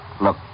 Look